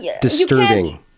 disturbing